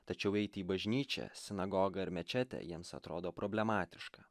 tačiau eiti į bažnyčią sinagogą ar mečetę jiems atrodo problematiška